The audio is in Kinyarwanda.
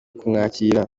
kumwakira